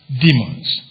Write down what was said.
demons